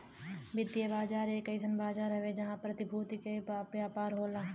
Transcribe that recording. वित्तीय बाजार एक अइसन बाजार हौ जहां प्रतिभूति क व्यापार होला